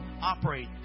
operate